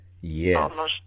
Yes